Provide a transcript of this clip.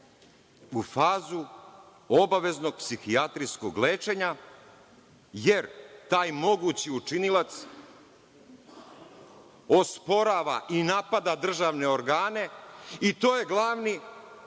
u fazu obaveznog psihijatrijskog lečenja, jer taj mogući učinilac osporava i napada državne organe. To je glavni